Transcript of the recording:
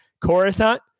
Coruscant